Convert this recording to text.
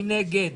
מי נגד?